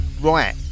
right